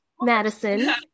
Madison